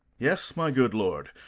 yes, my good lord,